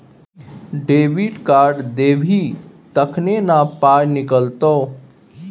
debit card देबही तखने न पाइ निकलतौ